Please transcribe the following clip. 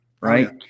right